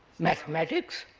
mathematics,